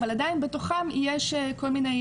אבל עדיין בתוכם יש כל מיני